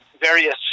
various